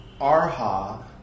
Arha